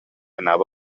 anava